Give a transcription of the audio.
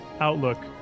outlook